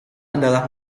adalah